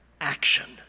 action